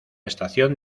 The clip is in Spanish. estación